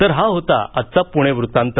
तर हा होता आजचा पुणे वृत्तांत